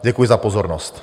Děkuji za pozornost.